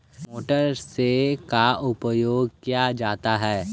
Motor से का उपयोग क्या जाता है?